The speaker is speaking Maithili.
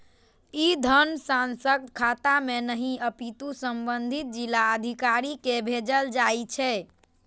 ई धन सांसदक खाता मे नहि, अपितु संबंधित जिलाधिकारी कें भेजल जाइ छै